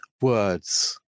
words